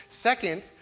Second